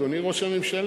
אדוני ראש הממשלה.